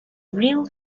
real